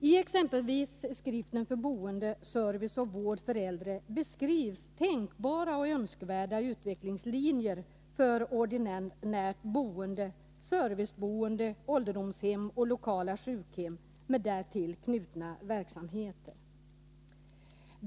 I exempelvis skriften Boende, service och vård för äldre beskrivs tänkbara och önskvärda utvecklingslinjer för ordinärt boende, serviceboende, ålderdomshem och lokala sjukhem med därtill knutna verksamheter.